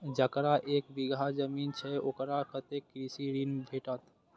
जकरा एक बिघा जमीन छै औकरा कतेक कृषि ऋण भेटत?